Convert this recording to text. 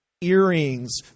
Earrings